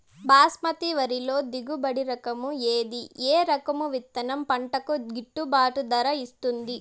బాస్మతి వరిలో దిగుబడి రకము ఏది ఏ రకము విత్తనం పంటకు గిట్టుబాటు ధర ఇస్తుంది